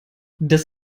das